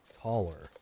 taller